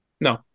No